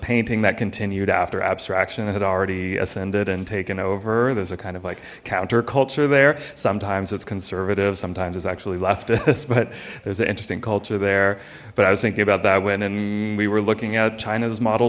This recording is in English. painting that continued after abstraction it had already ascended and taken over there's a kind of like counterculture there sometimes it's conservative sometimes it's actually leftist but there's an interesting culture there but i was thinking about that one and we were looking at china's model